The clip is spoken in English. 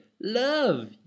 Love